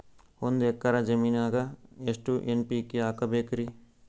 ಒಂದ್ ಎಕ್ಕರ ಜಮೀನಗ ಎಷ್ಟು ಎನ್.ಪಿ.ಕೆ ಹಾಕಬೇಕರಿ?